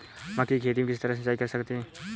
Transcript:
मक्के की खेती में किस तरह सिंचाई कर सकते हैं?